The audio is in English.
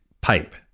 pipe